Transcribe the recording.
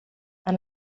han